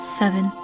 seven